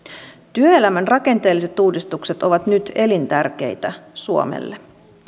työelämän rakenteelliset uudistukset ovat nyt elintärkeitä suomelle